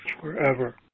forever